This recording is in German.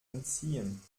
entziehen